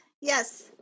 Yes